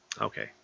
Okay